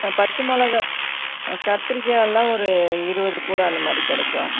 பச்சை மிளகா கத்திரிக்காய் எல்லாம் ஒரு இருபது கூட அந்த மாதிரி கிடைக்கும்